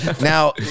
Now